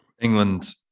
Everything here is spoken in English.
England